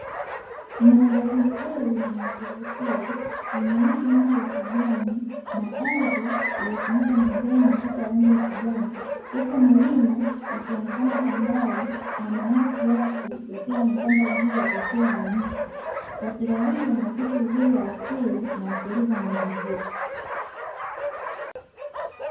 Mandhari nzuri na ya kuvutia yenye miti mingi ya kijani na ardhi iliyofunikwa na majani mazito ya rangi ya kijani huku milima ikionekana kwa mbali na mawingi kiasi yakiwa yametanda juu ya taswira ya nchi; taswira hii inaakisi uzuri wa asili na utulivu wa mazingira.